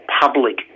public